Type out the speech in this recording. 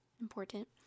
Important